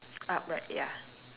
upright ya